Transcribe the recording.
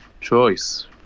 choice